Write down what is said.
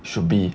should be